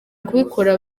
kubikora